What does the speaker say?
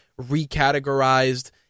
recategorized